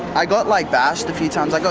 i got, like, bashed a few times. like ah